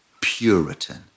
Puritan